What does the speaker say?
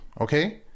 okay